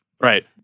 right